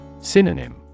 Synonym